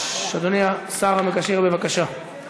אדוני היושב-ראש, כנסת נכבדה,